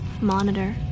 monitor